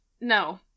No